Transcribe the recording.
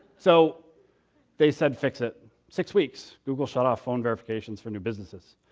so they said fix it. six weeks, google shut off phone verifications for new businesses.